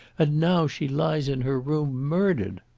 and now she lies in her room murdered!